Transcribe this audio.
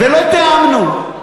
ולא תיאמנו.